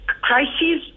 crises